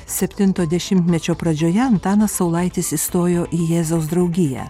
septinto dešimtmečio pradžioje antanas saulaitis įstojo į jėzaus draugiją